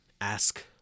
ask